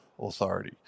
authority